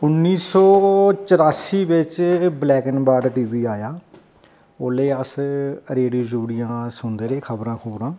उन्नी सौ चौरासी बिच ब्लैक एंड व्हाईट टीवी आया ओल्लै अस रेडियो च सुनदे रेह् खबरां